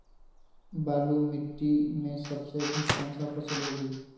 बालू मिट्टी में सबसे अधिक कौन सी फसल होगी?